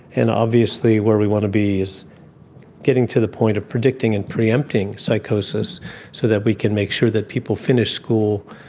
and obviously where we want to be is getting to the point of predicting and pre-empting psychosis so that we can make sure that people finish school,